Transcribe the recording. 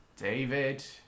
David